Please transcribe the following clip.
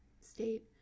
state